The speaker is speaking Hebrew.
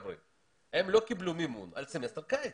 הם לא קיבלו מימון על סימסטר קיץ.